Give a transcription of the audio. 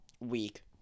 week